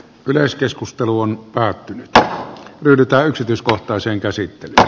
yleiskeskusteluun päätynyttä yltää yksityiskohtaisen käsitteitä